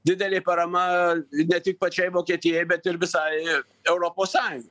didelė parama ne tik pačiai vokietijai bet ir visai europos sąjungai